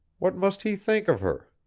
what must he think of her?